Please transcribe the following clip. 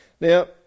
Now